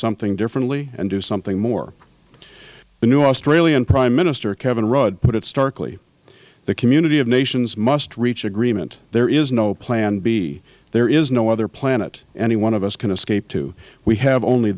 something differently and do something more the new australian prime minister kevin rudd put it starkly the community of nations must reach agreement there is no plan b there is no other planet any one of us can escape to we have only